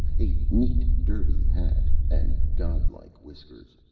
a neat derby hat and godlike whiskers.